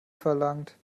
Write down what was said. verlangt